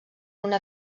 una